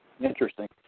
interesting